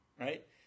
right